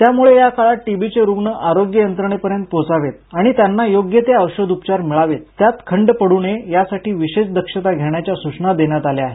त्यामुळे या काळात टीबीचे रुग्ण आरोग्य यंत्रणेपर्यंत पोहोचावेत आणि त्यांना योग्य ते औषधोपचार मिळावेत त्यात खंड पड्रन नये यासाठी विशेष दक्षता घेण्याच्या सूचना देण्यात आल्या आहेत